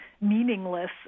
meaningless